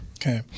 Okay